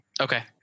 Okay